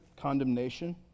condemnation